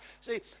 See